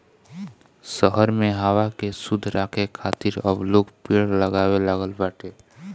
शहर में हवा के शुद्ध राखे खातिर अब लोग पेड़ लगावे लागल बाटे